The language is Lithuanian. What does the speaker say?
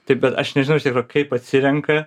taip bet aš nežinau iš tikro kaip atsirenka